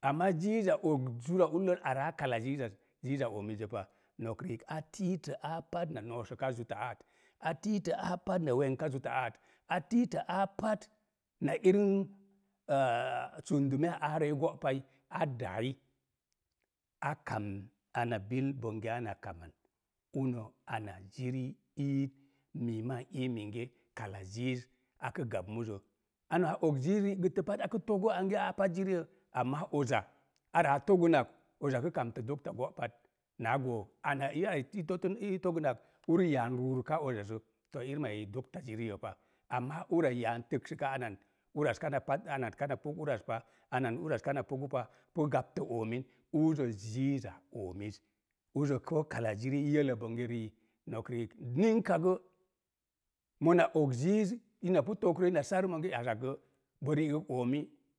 Amma ziiza og zura ullol yetta ona pa, og zura ullol ziiza ona pa pu luulum uri rə dii. Amma ziiza og zura ullol araa kak ziizaz, ziiza oomizzə pa, no̱k riik a tiitə aa pat na noosuka zuta aat, a tiitə aa pat na wengka zuta aat, a tiitə aa pat na irim aah sumdumeya aarə i go'pai, a dai, a kam ana bil bonge ana kaman, uno ana ziri i ii, mii maa n ii minge kala ziiz akə gap muzə. Ana og ziiz ri'gəttə pat aka togo ange aa pat ziriyo, ama oza ara a togunak oza kə kamtə dokta go'pat, na goo ana iyai i totən i togunak, ur yaan ruruka ozazə, to, irim a eyi dokta ziriya pa, amma ura yaan təksəka anan uraz kana pak anan kana pog uraz pa, anan uraz kana pogu pa, pu gaptə oomin uzo ziiza oomiz, uzo koo kala ziri i yelə bonge rii. No̱k riik, ninka gə mona og ziiz ina pu togro ina sar monge akak gə bo ri'gəg oomi